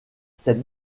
cette